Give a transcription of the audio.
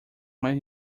mais